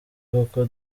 kuko